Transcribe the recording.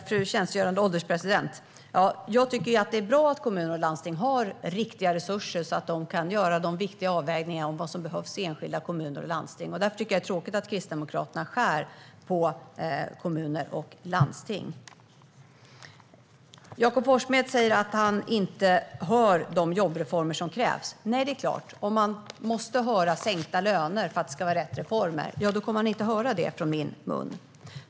Fru ålderspresident! Det är bra att kommuner och landsting har riktiga resurser så att de kan göra viktiga avvägningar av vad som behövs i enskilda kommuner och landsting. Därför tycker jag att det är tråkigt att Kristdemokraterna skär ned på kommuner och landsting. Jakob Forssmed sa att han inte hörde något om de jobbreformer som krävs. Nej, det är klart, om man måste höra "sänkta löner" för att det ska vara rätt reformer kommer man inte att få höra det från min mun.